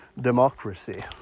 democracy